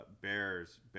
Bears